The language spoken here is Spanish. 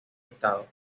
estado